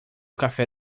café